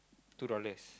two dollars